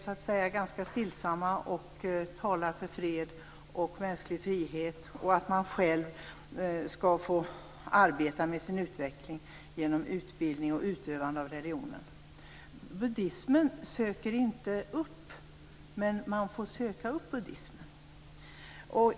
Man är ganska stillsam, och man talar för fred och mänsklig frihet och för att man själv skall få arbeta med sin utveckling genom utbildning och utövande av religionen. Buddismen söker inte upp, utan man får söka upp buddismen.